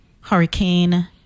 Hurricane